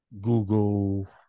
google